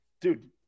dude